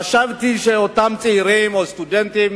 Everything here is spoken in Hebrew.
חשבתי שאותם צעירים או סטודנטים,